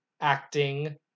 acting